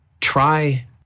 try